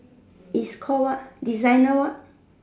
is called what designer what